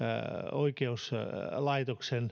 oikeuslaitoksen